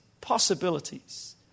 possibilities